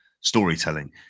storytelling